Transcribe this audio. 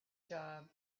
job